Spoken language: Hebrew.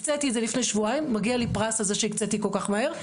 אבל היה בשנה שעברה הקצאה לפי מה שהם אומרים,